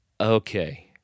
okay